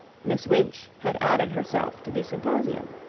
miss winch had added herself to the symposium.